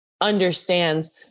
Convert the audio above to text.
Understands